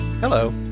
Hello